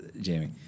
Jamie